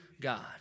God